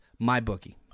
MyBookie